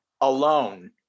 alone